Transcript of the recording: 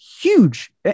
huge